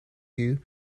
you